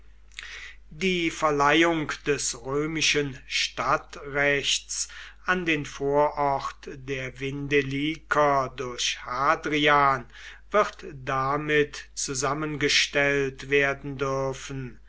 die verleihung des römischen stadtrechts an den vorort der vindeliker durch hadrian wird damit zusammengestellt werden dürfen